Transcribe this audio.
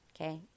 okay